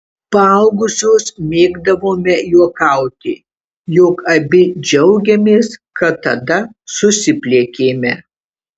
paaugusios mėgdavome juokauti jog abi džiaugiamės kad tada susipliekėme